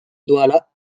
dawla